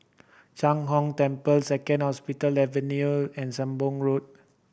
Sheng Hong Temple Second Hospital Avenue and Sembong Road